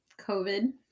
COVID